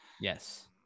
Yes